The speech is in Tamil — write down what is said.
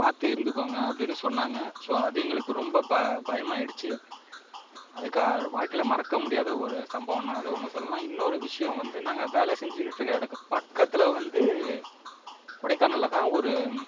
பார்த்து இருந்துக்கோங்க அப்படின்னு சொன்னாங்கள் ஸோ அது எங்களுக்கு ரொம்ப ப பயமாயிடுச்சி அதுக்காக வாழ்க்கையில் மறக்க முடியாத ஒரு சம்பவம்னா அதை ஒன்று சொல்லெலாம் இன்னொரு விஷயம் வந்து நாங்கள் வேலை செஞ்சுக்கிட்டுருக்க எடக்கு பக்கத்தில் வந்து கொடைக்கானலில் தான் ஒரு